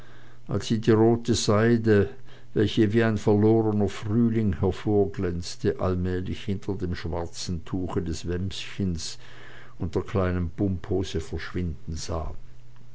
als sie die rote seide welche wie ein verlorener frühling hervorglänzte allmählich hinter dem schwarzen tuche des wämschens und der kleinen pumphose verschwinden sah